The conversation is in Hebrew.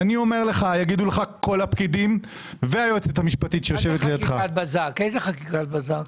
יגידו לך כל הפקידים והיועצת המשפטית שיושבת לידך --- איזו חקיקת בזק?